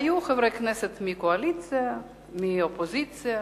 היו חברי כנסת מהקואליציה, מהאופוזיציה,